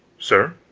sir,